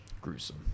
gruesome